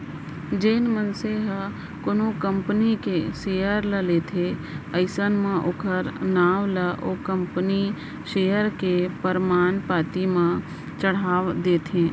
जेन मनसे ह कोनो कंपनी के सेयर ल लेथे अइसन म ओखर नांव ला ओ कंपनी सेयर के परमान पाती म चड़हा देथे